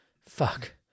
fuck